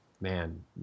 man